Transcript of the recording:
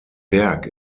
berg